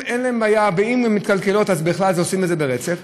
אם הן מתקלקלות אז בכלל עושים את זה ברצף.